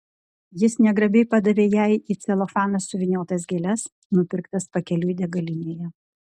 jis negrabiai padavė jai į celofaną suvyniotas gėles nupirktas pakeliui degalinėje